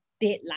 deadline